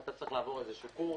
אתה צריך לעבור קורס.